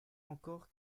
encore